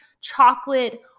chocolate